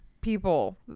people